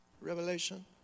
Revelation